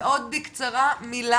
מאוד בקצרה מילה.